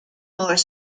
more